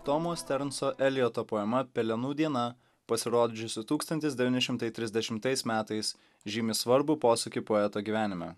tomo sternco elijoto poema pelenų diena pasirodžiusi tūkstantis devyni šimtai trisdešimtais metais žymi svarbų posūkį poeto gyvenime